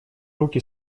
руки